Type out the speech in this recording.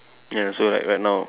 ya so like right now